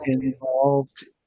involved